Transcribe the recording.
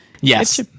Yes